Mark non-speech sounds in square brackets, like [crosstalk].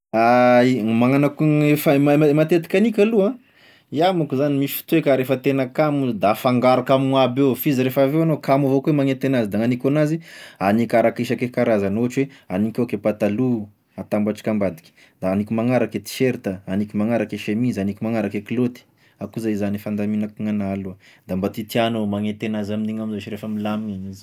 [hesitation] I, magnano akoa, gn- n ma- man- matetiky haniko aloha, iaho monko zany misy fotoy ka refa tena kamo da afangaroko amign'ao aby io, f'izy refa aveo anao kamo avao koa magnety an'azy, da gn'aniko anazy, haniko araky isaky karazany, ohatra hoe haniko ake pataloa, da atambatrik'ambadiky da haniko manaraky e tiserta, haniko magnaraky e semizy, haniko magnaraky e kilaoty a koa zay zany i fandaminako gn'agnahy aloha da mba tiàtiàgnao magnety an'azy amign'igny amzay satria efa milamign'izy.